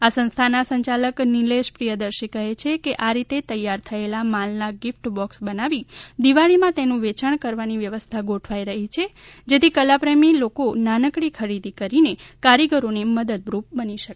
આ સંસ્થાના સંચાલક નિલેષ પ્રયદર્શી કહે છે કે આ રીતે તૈયાર થયેલા માલ ના ગિફ્ટ બોક્સ બનાવી દિવાળીમાં તેનું વેયાણ કરવાની વ્યવસ્થા ગોઠવાઈ રહી છે જેથી કલાપ્રેમી લોકો નાનકડી ખરીદી કરીને કારીગરોને મદદરૂપ બની શકે